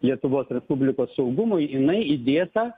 lietuvos respublikos saugumui jinai įdėta